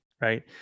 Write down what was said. right